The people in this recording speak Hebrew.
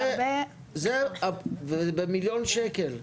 זה במיליון שקל,